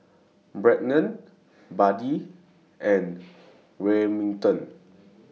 Brennen Buddy and Remington